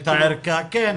כן.